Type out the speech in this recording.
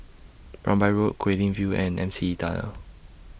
Rambai Road Guilin View and M C E Tunnel